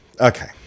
Okay